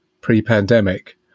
pre-pandemic